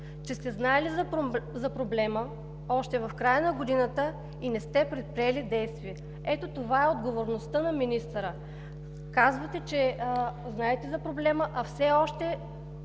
че сте знаели за проблема още в края на годината и не сте предприели действия. Ето това е отговорността на министъра – казвате, че знаете за проблема, а